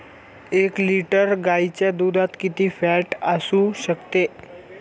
एक लिटर गाईच्या दुधात किती फॅट असू शकते?